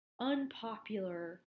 unpopular